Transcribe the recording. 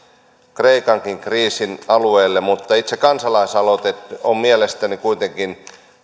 kreikankin kriisin alueelle mutta itse kansalaisaloite mielestäni kuitenkin